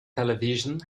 television